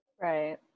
Right